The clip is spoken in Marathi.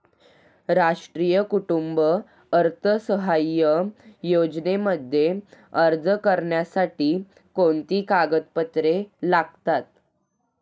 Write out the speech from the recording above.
राष्ट्रीय कुटुंब अर्थसहाय्य योजनेमध्ये अर्ज करण्यासाठी कोणती कागदपत्रे लागतात?